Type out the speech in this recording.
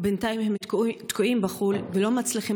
ובינתיים הם תקועים בחו"ל ולא מצליחים